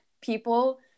people